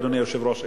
אדוני היושב-ראש,